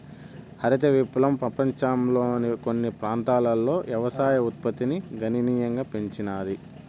హరిత విప్లవం పపంచంలోని కొన్ని ప్రాంతాలలో వ్యవసాయ ఉత్పత్తిని గణనీయంగా పెంచినాది